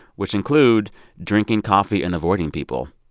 which include drinking coffee and avoiding people.